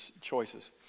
choices